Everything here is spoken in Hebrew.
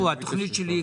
התכנית שלי היא